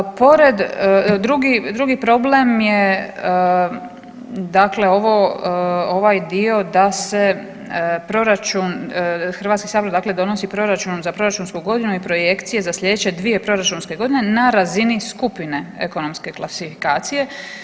Pored, drugi problem je dakle ovo, ovaj dio da se proračun, Hrvatski sabor dakle donosi proračun za proračunsku godinu i projekcije za slijedeće dvije proračunske godine na razini skupine ekonomske klasifikacije.